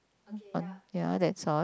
ya that's all